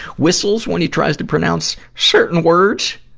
whistles when he tries to pronounce certain words.